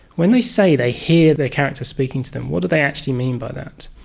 when they say they hear their characters speaking to them, what do they actually mean by that?